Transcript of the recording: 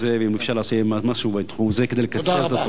ואם אפשר לעשות משהו בתחום הזה כדי לקצר את התורים.